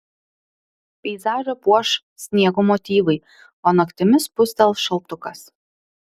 peizažą puoš sniego motyvai o naktimis spustels šaltukas